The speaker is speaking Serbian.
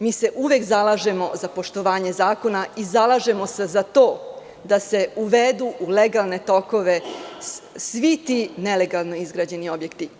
Mi se uvek zalažemo za poštovanje zakona i zalažemo se za to da se uvedu u legalne tokove svi ti nelegalno izgrađeni objekti.